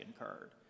incurred